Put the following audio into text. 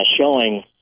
showing